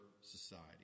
society